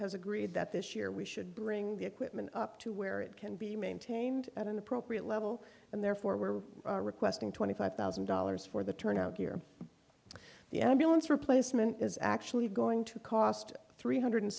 has agreed that this year we should bring the equipment up to where it can be maintained at an appropriate level and therefore we're requesting twenty five thousand dollars for the turnout here the ambulance replacement is actually going to cost three hundred